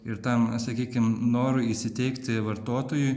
ir tam sakykim norui įsiteikti vartotojui